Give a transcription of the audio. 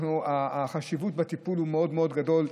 החשיבות בטיפול מאוד גדולה.